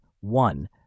one